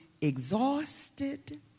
exhausted